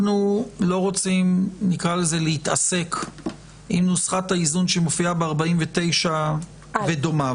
אנחנו לא רוצים להתעסק עם נוסחת האיזון שמופיעה ב-49 ודומיו,